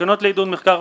"תקנות לעידוד מחקר,